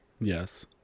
Yes